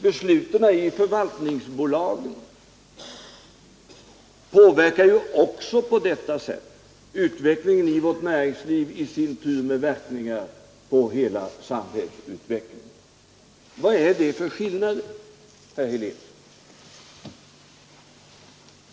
Besluten i förvaltningsbolagen påverkar ju på samma sätt utvecklingen i vårt näringsliv, vilket i sin tur får verkningar på hela samhällsutvecklingen. Vad är det för skillnad, herr Helén?